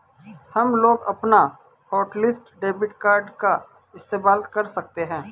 हमलोग अपना hotlist debit card का इस्तेमाल कर सकते हैं